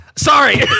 sorry